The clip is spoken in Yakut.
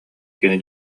кини